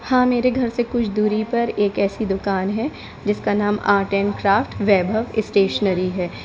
हाँ मेरे घर से कुछ दूरी पर एक ऐसी दुकान है जिसका नाम art and craft Vaibhav stationery है